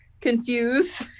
confused